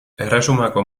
erresumako